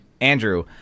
Andrew